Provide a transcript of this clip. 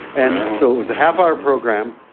and so it was a half-hour program.